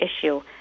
issue